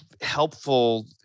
helpful